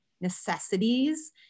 necessities